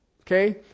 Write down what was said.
Okay